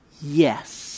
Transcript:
yes